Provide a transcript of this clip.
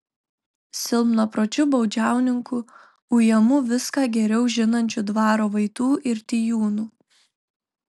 silpnapročiu baudžiauninku ujamu viską geriau žinančių dvaro vaitų ir tijūnų